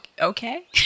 okay